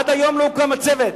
עד היום לא הוקם הצוות.